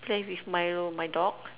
play with Milo my dog